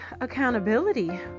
accountability